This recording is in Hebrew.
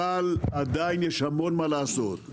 אבל עדיין יש המון מה לעשות.